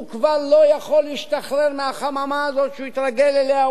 הוא כבר לא יכול להשתחרר מהחממה הזאת שהוא התרגל אליה.